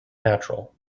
natural